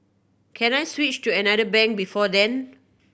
can I switch to another bank before then